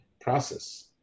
process